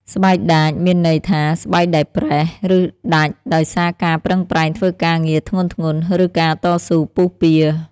ស្បែកដាច មានន័យថា ស្បែកដែលប្រេះ ឬដាច់ដោយសារការប្រឹងប្រែងធ្វើការងារធ្ងន់ៗ ឬការតស៊ូពុះពារ។